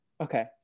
Okay